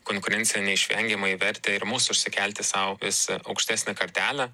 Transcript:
konkurencija neišvengiamai vertė ir mus užsikelti sau vis aukštesnę kartelę